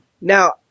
Now